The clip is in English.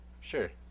Sure